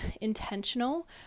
intentional